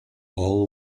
all